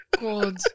God